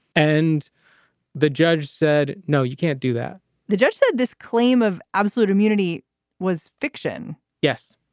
and the judge said, no, you can't do that the judge said this claim of absolute immunity was fiction yes,